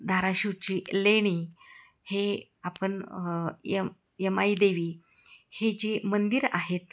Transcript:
धाराशिवरची लेणी हे आपण यम यमाई देवी हे जे मंदिर आहेत